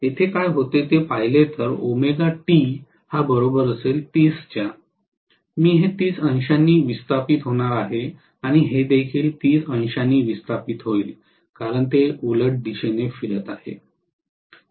येथे काय होते ते पाहिले तर मी हे 30 अंशांनी विस्थापित होणार आहे आणि हे देखील 30 अंशांनी विस्थापित होईल कारण ते उलट दिशेने फिरत आहे